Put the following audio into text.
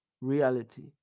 reality